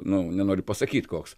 nu nenoriu pasakyt koks